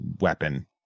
weapon